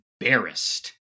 embarrassed